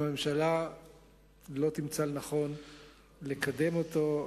אם הממשלה לא תמצא לנכון לקדם אותו,